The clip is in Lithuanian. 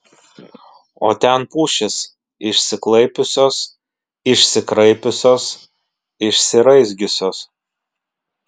o ten pušys išsiklaipiusios išsikraipiusios išsiraizgiusios